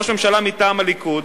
ראש ממשלה מטעם הליכוד,